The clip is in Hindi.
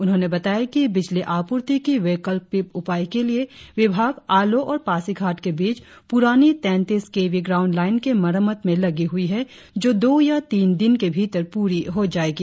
उन्होंने बताया कि बिजली आपूर्ति की वैकल्पिक उपाय के लिए विभाग आलो और पासीघाट के बीच पुरानी तैंतीस के वी ग्राउण्ड लाइन के मरम्मत में लगी हुई है जो दो या तीन दिन के भीतर पूरी हो जाएगी